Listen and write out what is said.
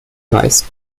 weiß